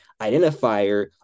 identifier